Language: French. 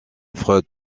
freud